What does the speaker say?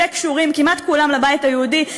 שקשורים כמעט כולם לבית היהודי,